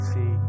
See